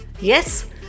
Yes